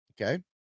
Okay